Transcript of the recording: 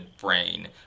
brain